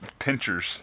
pinchers